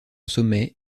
sommet